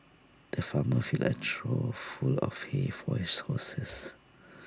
the farmer filled A trough full of hay for his horses